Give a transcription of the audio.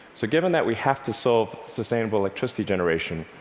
so given that we have to solve sustainable electricity generation,